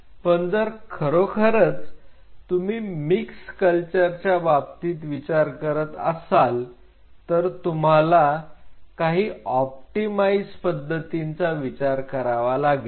पण जर खरोखरच तुम्ही मिक्स कल्चरच्या बाबतीत विचार करत असाल तर तुम्हाला काही ऑप्टिमाइझ पद्धतींचा विचार करावा लागेल